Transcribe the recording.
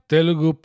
Telugu